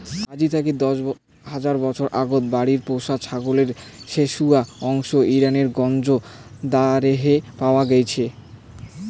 আইজ থাকি দশ হাজার বছর আগত বাড়িত পোষা ছাগলের শেশুয়া অংশ ইরানের গঞ্জ দারেহে পাওয়া গেইচে